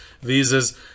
visas